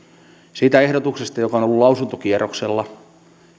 siinä ehdotuksessa joka on ollut lausuntokierroksella